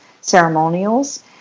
ceremonials